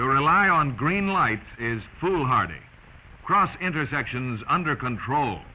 they rely on green lights is foolhardy across intersections under control